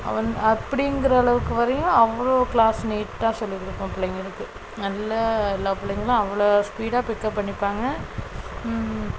அவன் அப்படிங்கிற அளவுக்கு வரையும் அவ்வளோ க்ளாஸ் நீட்டாக சொல்லி கொடுப்பேன் பிள்ளைங்களுக்கு நல்ல எல்லா பிள்ளைங்களும் அவ்வளோ ஸ்பீடாக பிக்கப் பண்ணிப்பாங்க